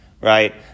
right